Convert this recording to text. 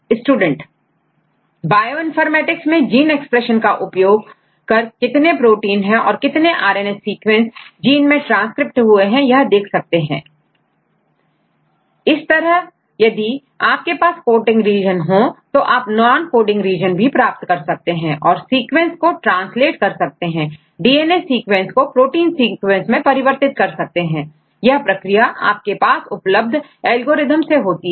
student bioinformatics में gene expression का उपयोग कर कितने प्रोटीन है तथा कितने R N A sequence gene से ट्रांसक्रिप्ट हुए हैं देख सकते हैं सही इस तरह यदि आपके पास कोडिंग रीजन हो तो आप नॉनकोडिंग रीजन प्राप्त कर सकते हैं और सीक्वेंसेस को ट्रांसलेट कर सकते हैं डीएनए सीक्वेंस को प्रोटीन सीक्वेंस में परिवर्तित कर सकते हैंयह प्रक्रिया आपके पास उपलब्ध एल्गोरिदम से होती है